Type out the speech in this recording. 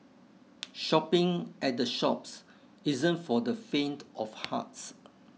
shopping at the shops isn't for the faint of hearts